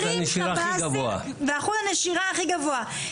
ואחוז הנשירה הכי גבוה.